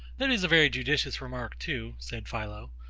that is a very judicious remark too, said philo.